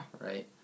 right